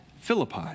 Philippi